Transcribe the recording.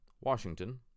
Washington